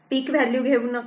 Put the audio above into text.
पिक value घेऊ नका